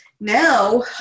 now